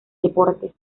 deportes